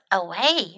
away